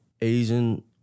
Asian